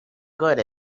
good